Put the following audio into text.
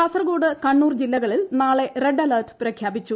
കാസർകോഡ് കണ്ണൂർ ജില്ലകളിൽ നാള്ടിക്റെഡ് അലേർട്ട് പ്രഖ്യാപിച്ചു